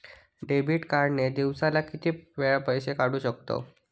Debit card ने दिवसाला किती वेळा पैसे काढू शकतव?